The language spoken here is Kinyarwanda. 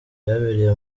byabereye